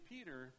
Peter